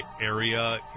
area